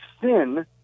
sin